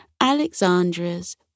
Alexandra's